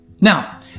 Now